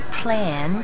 plan